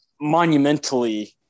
monumentally